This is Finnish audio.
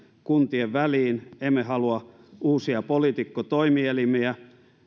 kuntien väliin emme halua uusia poliitikkotoimielimiä